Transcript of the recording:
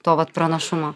to vat pranašumo